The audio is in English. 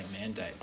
mandate